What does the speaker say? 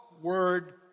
word